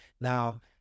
Now